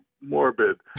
morbid